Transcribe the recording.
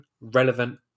relevant